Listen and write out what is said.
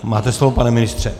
Máte slovo, pane ministře.